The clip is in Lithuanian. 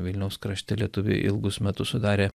vilniaus krašte lietuviai ilgus metus sudarė